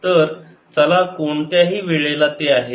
तर चला कोणत्याही वेळेला ते आहे